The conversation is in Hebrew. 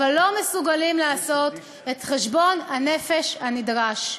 אבל לא מסוגלים לעשות את חשבון הנפש הנדרש.